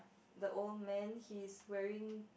the old man he's wearing